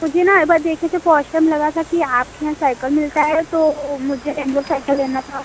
मुझे न एक बार देखे थे पोस्टर में लगा था कि आपके यहाँ साइकल मिलता है तो मुझे रेंजर साइकल लेना था